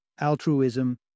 altruism